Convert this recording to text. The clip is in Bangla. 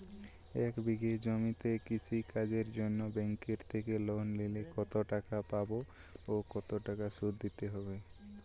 এক বিঘে জমিতে কৃষি কাজের জন্য ব্যাঙ্কের থেকে লোন নিলে কত টাকা পাবো ও কত শুধু দিতে হবে?